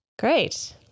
Great